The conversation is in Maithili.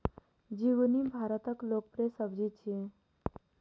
झिंगुनी भारतक लोकप्रिय सब्जी छियै